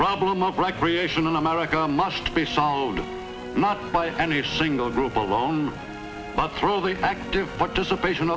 problem of recreational america must be shown not by any single group alone but through the active participation